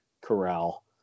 corral